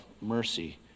mercy